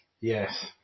Yes